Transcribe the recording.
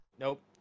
Nope